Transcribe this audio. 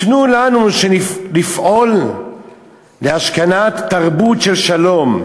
תנו לנו לפעול להשכנת תרבות של שלום.